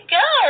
go